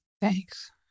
Thanks